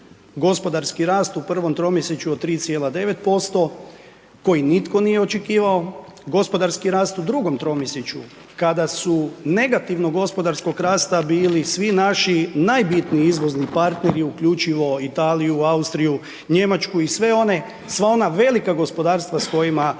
gospodarski rast u prvom tromjesečju od 3,9% koji nitko nije očekivao, gospodarski rast u drugom tromjesečju, kada su negativnog gospodarskog rasta bili svi naši najbitniji izvozni partneri uključivo Italiju, Austriju, Njemačku i sve one, sva ona velika gospodarstva s kojima poduzetnici